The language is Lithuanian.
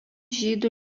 žydų